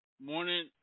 morning